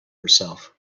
herself